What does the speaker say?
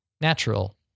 natural